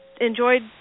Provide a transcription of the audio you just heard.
enjoyed